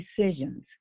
Decisions